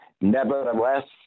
Nevertheless